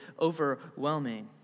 overwhelming